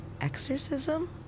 exorcism